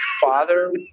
father